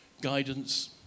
guidance